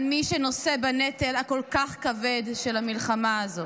על מי שנושא בנטל הכל-כך כבד של המלחמה הזאת,